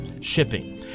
shipping